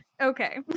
Okay